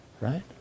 Right